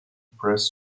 press